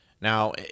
Now